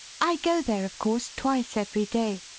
i go there, of course, twice every day,